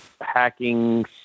hacking